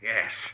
Yes